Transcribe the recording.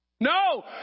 No